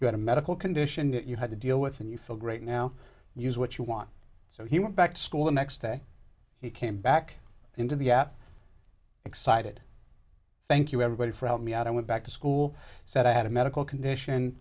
had a medical condition that you had to deal with and you feel great now use what you want so he went back to school the next day he came back into the app excited thank you everybody for help me out i went back to school said i had a medical condition